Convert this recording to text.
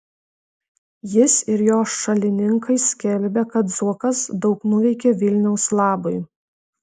jis ir jo šalininkai skelbia kad zuokas daug nuveikė vilniaus labui